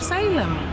Salem